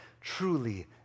truly